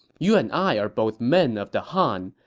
you and i are both men of the han,